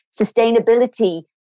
sustainability